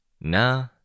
Nah